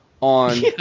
on